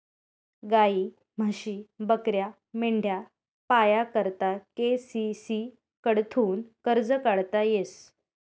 गायी, म्हशी, बकऱ्या, मेंढ्या पाया करता के.सी.सी कडथून कर्ज काढता येस